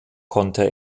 konnte